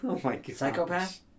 Psychopath